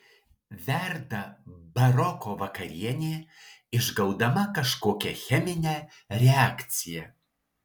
verda baroko vakarienė išgaudama kažkokią cheminę reakciją